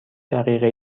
دقیقه